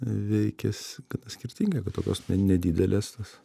veikia s gana skirtingai gal tokios ne nedidelės tos